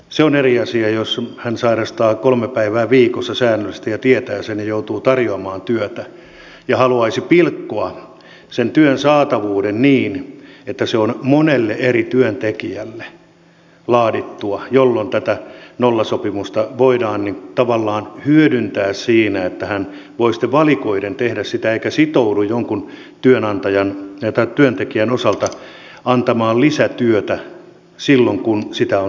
se on eri asia jos hän sairastaa kolme päivää viikossa säännöllisesti ja tietää sen ja joutuu tarjoamaan työtä ja haluaisi pilkkoa sen työn saatavuuden niin että se on monelle eri työntekijälle laadittua jolloin tätä nollasopimusta voidaan tavallaan hyödyntää siinä että hän voi sitten valikoiden tehdä sitä eikä sitoudu jonkun työntekijän osalta antamaan lisätyötä silloin kun sitä on tarjolla